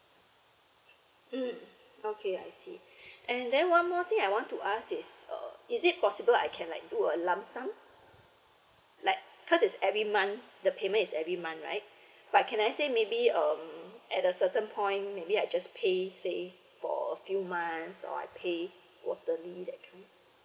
mm okay I see and then one more thing I want to ask is uh is it possible I can like do a lump sum like because is every month the payment is every month right but can I say maybe um at a certain point maybe I just pay say for few months or I pay quarterly that kind